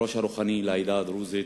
הראש הרוחני של העדה הדרוזית,